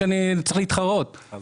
כמו